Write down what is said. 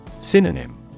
Synonym